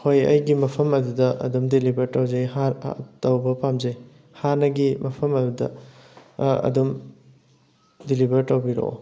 ꯍꯣꯏ ꯑꯩꯒꯤ ꯃꯐꯝ ꯑꯗꯨꯗ ꯑꯗꯨꯝ ꯗꯤꯂꯤꯕꯔ ꯇꯧꯖꯩ ꯍꯂꯥꯜ ꯇꯧꯕ ꯄꯥꯝꯖꯩ ꯍꯥꯟꯅꯒꯤ ꯃꯐꯝ ꯑꯗꯨꯗ ꯑ ꯑꯗꯨꯝ ꯗꯤꯂꯤꯕꯔ ꯇꯧꯕꯤꯔꯛꯑꯣ